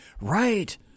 right